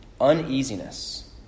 uneasiness